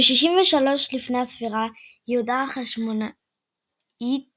ב־63 לפנה"ס יהודה החשמונאית